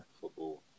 football